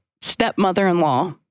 stepmother-in-law